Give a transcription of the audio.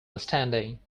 understanding